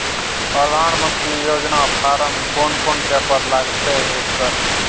प्रधानमंत्री योजना फारम कोन कोन पेपर लगतै है सर?